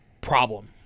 problem